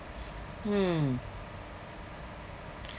hmm